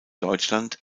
deutschland